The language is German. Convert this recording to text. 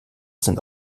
sind